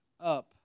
up